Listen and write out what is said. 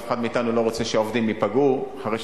ואף אחד מאתנו לא רוצה שעובדים ייפגעו אחרי